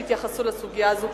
שיתייחסו לסוגיה הזאת.